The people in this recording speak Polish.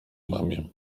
mamie